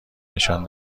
نشان